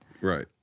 right